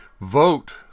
Vote